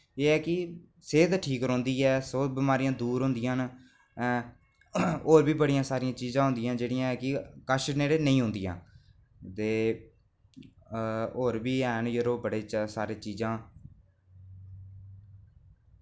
एह् ऐ कि सेह्त ठीक रौहंदी ऐ सौ बमारियां दूर होंदियां न ऐं होर बी बड़ियां सारियां चीज़ां होंदियां जेह्ड़ियां की कश नेड़ै नेईं औंदियां ते होर बी हैन यरो बड़ी सारी चीज़ां